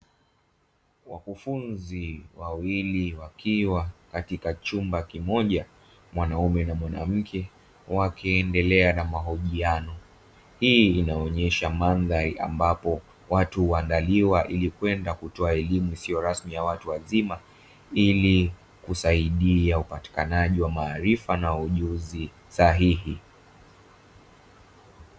Wakafunzi wawili wakiwa katika chumba kimoja, mwanaume na mwanamke wakiendelea na mahojiano. Hii inaonesha mandhari ambapo watu huandaliwa ili kwenda kutoa elimu isiyo rasmi ya watu wazima, ili kusaidia upatikanaji wa maarifa na ujuzi sahihi.